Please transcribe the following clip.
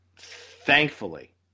Thankfully